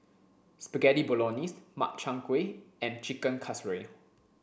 Spaghetti Bolognese Makchang gui and Chicken Casserole